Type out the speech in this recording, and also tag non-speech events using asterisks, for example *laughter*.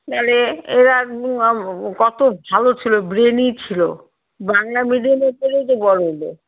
তাহলে এঁরা *unintelligible* কতো ভালো ছিলো ব্রেনি ছিলো বাংলা মিডিয়ামে পড়েই তো বড়ো হলো